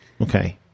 okay